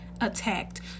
attacked